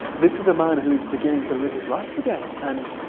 this is a man who is beginning to live his life again and